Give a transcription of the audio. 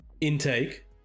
intake